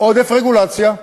עודף רגולציה.